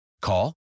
Call